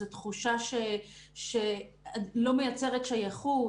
זו תחושה שלא מייצרת שייכות,